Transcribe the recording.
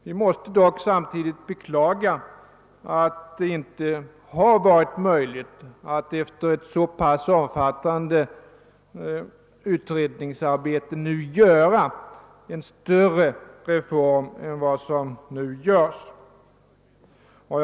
Vi måste dock samtidigt beklaga att det inte har varit möjligt att efter ett så pass omfattande utredningsarbete åstadkomma en större reform än vad som nu blir fallet.